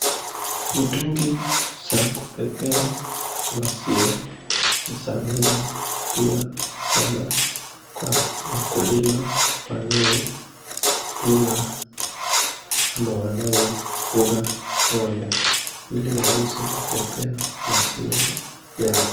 Mitungi za kubebea maziwa ni za muhimu pia sana kwa wakulima wanaolima ama wanao fuga ng'ombe, ili waweze kubebea maziwa yao.